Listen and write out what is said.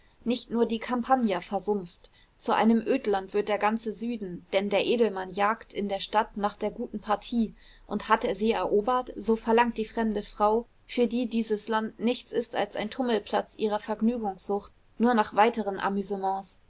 nicht nur die campagna versumpft zu einem ödland wird der ganze süden denn der edelmann jagt in der stadt nach der guten partie und hat er sie erobert so verlangt die fremde frau für die dieses land nichts ist als ein tummelplatz ihrer vergnügungssucht nur nach weiteren amüsements